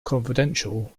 confidential